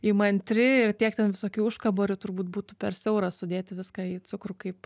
įmantri ir tiek ten visokių užkaborių turbūt būtų per siaura sudėti viską į cukrų kaip